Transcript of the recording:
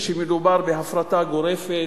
כשמדובר בהפרטה גורפת,